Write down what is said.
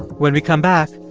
when we come back,